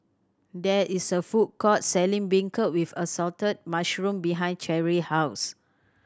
there is a food court selling beancurd with assorted mushroom behind Cherri house